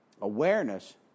awareness